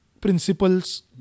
principles